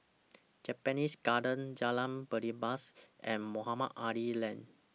Japanese Garden Jalan Belibas and Mohamed Ali Lane